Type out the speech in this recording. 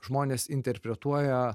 žmonės interpretuoja